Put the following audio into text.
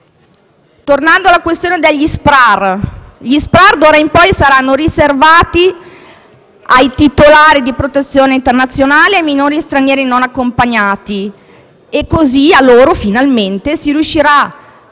Tornando alla questione degli SPRAR, d'ora in poi saranno riservati ai titolari di protezione internazionale e ai minori stranieri non accompagnati. Così, finalmente, sarà